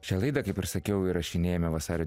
šią laidą kaip ir sakiau įrašinėjame vasario